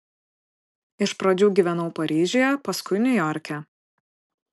iš pradžių gyvenau paryžiuje paskui niujorke